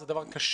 זה דבר קשה.